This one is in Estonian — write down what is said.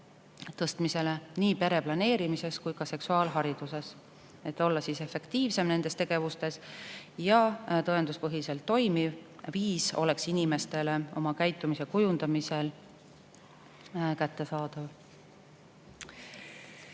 tõstmisele nii pereplaneerimises kui ka seksuaalhariduses, et olla efektiivsem nendes tegevustes ja et tõenduspõhiselt toimiv viis oleks inimestele oma käitumise kujundamisel kättesaadav.